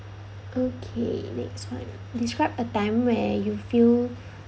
okay next one describe a time where you feel